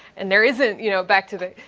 and there isn't you know back to the,